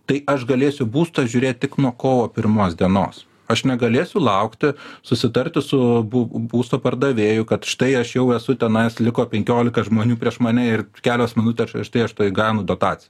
tai aš galėsiu būsto žiūrėt tik nuo kovo pirmos dienos aš negalėsiu laukti susitarti su bū būsto pardavėju kad štai aš jau esu tenais liko penkiolika žmonių prieš mane ir kelios minutės štai aš gaunu dotaciją